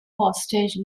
hostage